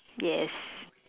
yes